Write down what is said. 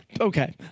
okay